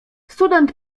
student